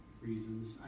reasons